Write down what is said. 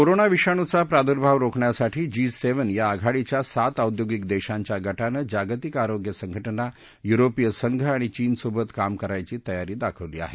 corona विषाणूचा प्रादुर्भाव रोखण्यासाठी जी सेव्हन या आघाडीच्या सात औद्योगिक देशांच्या गटानं जागतिक आरोग्य संघटना युरोपीय संघ आणि चीनसोबत काम करायची तयारी दाखवली आहे